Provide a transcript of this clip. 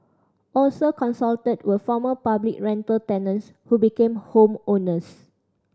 also consulted were former public rental tenants who became home owners